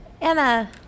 Anna